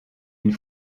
une